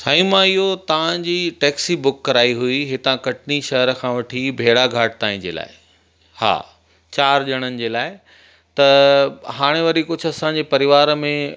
साईं मां इहो तव्हांजी टेक्सी बुक कराई हुई हितां कटनी शहर खां वठी भेड़ा घाट ताईं जे लाइ हा चारि ॼणण जे लाइ त हाणे वरी कुझु असांजे परिवार में